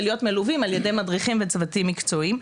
ולהיות מלווים על ידי מדריכים וצוותים מקצועיים.